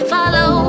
Follow